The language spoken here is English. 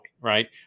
right